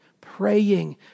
praying